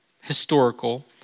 historical